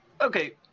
Okay